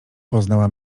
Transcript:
poznała